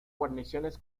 guarniciones